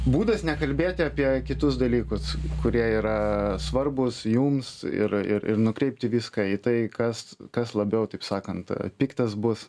būdas nekalbėti apie kitus dalykus kurie yra svarbūs jums ir ir ir nukreipti viską į tai kas kas labiau taip sakant piktas bus